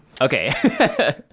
Okay